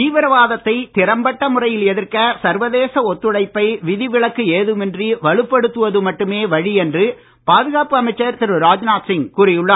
தீவிரவாதத்தை திறம்பட்ட முறையில் எதிர்க்க சர்வதேச ஒத்துழைப்பை விதிவிலக்கு ஏதுமின்றி வலுப்படுத்துவது மட்டுமே வழி என்று பாதுகாப்பு அமைச்சர் திரு ராஜ்நாத் சிங் கூறியுள்ளார்